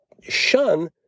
shun